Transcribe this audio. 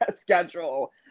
schedule